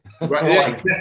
Right